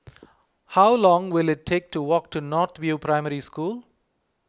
how long will it take to walk to North View Primary School